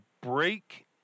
break